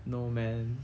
no man